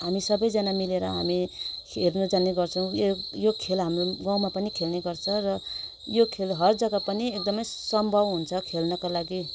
हामी सबैजाना मिलेर हामी हेर्नु जाने गर्छौँ यो यो खेल हाम्रो गाउँमा पनि खेल्ने गर्छ र यो खेल हर जग्गा पनि एकदमै सम्भव हुन्छ खेल्नको लागि